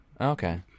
Okay